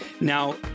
Now